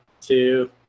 two